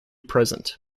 present